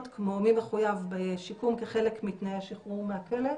כמו מי מחויב בשיקום כחלק מתנאי השחרור מהכלא,